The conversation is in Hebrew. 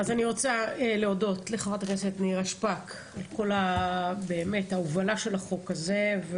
אני רוצה להודות לחברת הכנסת נירה שפק על הובלת החוק הזה.